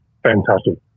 Fantastic